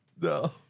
no